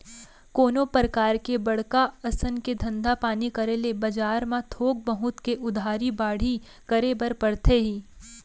कोनो परकार के बड़का असन के धंधा पानी करे ले बजार म थोक बहुत के उधारी बाड़ही करे बर परथे ही